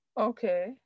Okay